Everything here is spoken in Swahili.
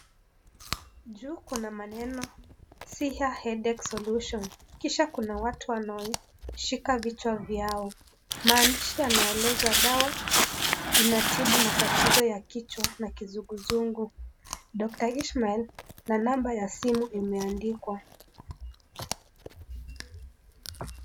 Juu kuna maneno siha headache solution kisha kuna watu wanaoshika vichwa vyao. Maandishi yanaeleza dawa inatibu matatizo ya kichwa na kizunguzungu. Dr. Ishmael na namba ya simu imeandikwa.